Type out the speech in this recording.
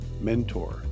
mentor